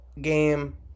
game